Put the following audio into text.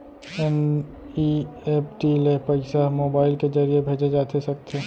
NEFT ले पइसा mobile के ज़रिए भेजे जाथे सकथे?